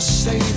say